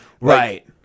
right